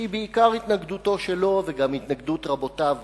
שהיא בעיקר התנגדותו שלו והתנגדות רבותיו.